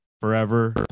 forever